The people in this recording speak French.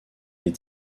les